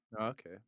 Okay